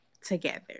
together